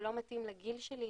הוא לא מתאים לגיל שלי,